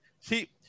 See